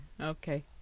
Okay